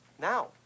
Now